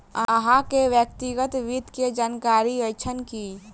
अहाँ के व्यक्तिगत वित्त के जानकारी अइछ की?